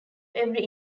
every